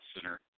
Center